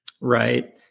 right